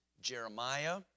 Jeremiah